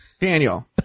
Daniel